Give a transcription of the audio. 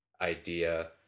idea